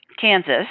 Kansas